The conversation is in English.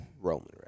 Roman